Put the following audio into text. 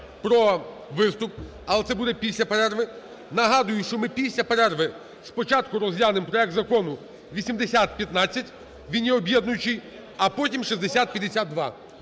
про виступ, але це буде після перерви. Нагадую, що ми після перерви спочатку розглянемо проект Закону 8015, він є об'єднуючий, а потім – 6052.